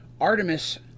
Artemis